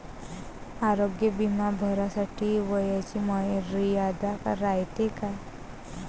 आरोग्य बिमा भरासाठी वयाची मर्यादा रायते काय?